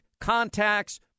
contacts